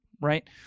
right